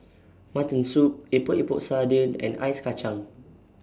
Mutton Soup Epok Epok Sardin and Ice Kacang